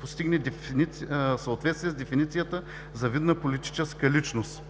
постигне съответствие с дефиницията за видна политическа личност.